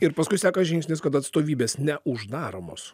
ir paskui seka žingsnis kad atstovybės neuždaromos